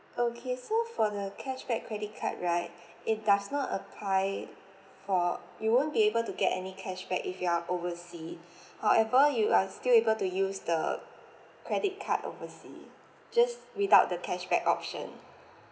okay so for the cashback credit card right it does not apply for you won't be able to get any cashback if you are overseas however you are still able to use the credit card overseas just without the cashback option